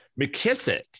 McKissick